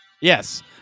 Yes